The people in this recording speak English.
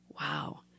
Wow